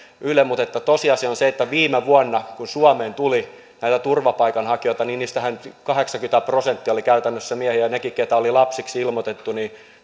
yle mutta tosiasia on se että viime vuonna kun suomeen tuli näitä turvapaikanhakijoita niistähän kahdeksankymmentä prosenttia oli käytännössä miehiä ja niilläkin jotka oli lapsiksi ilmoitettu